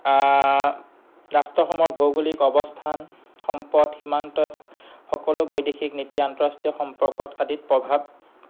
ৰাষ্ট্ৰসমূহৰ ভৌগোলিক অৱস্থান সম্পদ সীমান্তই সকলো বৈদেশিক নীতি আন্তঃৰাষ্ট্ৰীয় সম্পৰ্কত আদিত প্ৰভাৱ